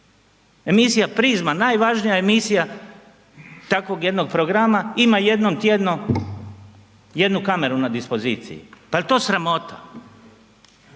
Emisija „Prizma“, najvažnija emisija takvog jednog programa ima jednom tjedno, jednu kameru na dispoziciji, pa jel to sramota?